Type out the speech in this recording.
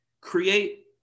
create